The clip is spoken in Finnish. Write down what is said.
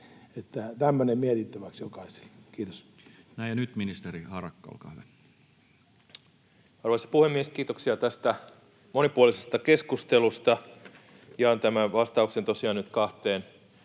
Tämmöinen mietittäväksi jokaiselle. — Kiitos. Näin. — Nyt ministeri Harakka, olkaa hyvä. Arvoisa puhemies! Kiitoksia tästä monipuolisesta keskustelusta. Jaan tämän vastauksen tosiaan nyt kahteen